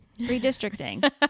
Redistricting